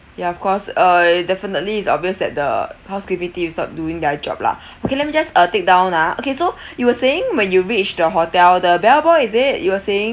ya of course uh definitely it's obvious that the housekeeping team is not doing their job lah okay let me just uh take down ah okay so you were saying when you reach the hotel the bellboy is it you were saying